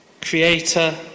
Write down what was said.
creator